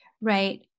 right